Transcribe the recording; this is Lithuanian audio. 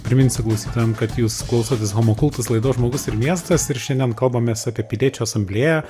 priminsiu klausytoja kad jūs klausotės homo kultus laidos žmogus ir miestas ir šiandien kalbamės apie piliečių asamblėją